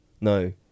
No